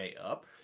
up